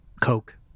Coke